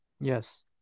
yes